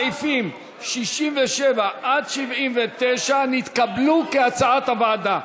סעיפים 67 79 נתקבלו, כהצעת הוועדה.